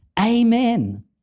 Amen